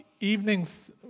evening's